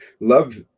love